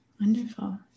Wonderful